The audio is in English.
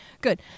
good